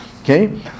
okay